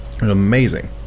Amazing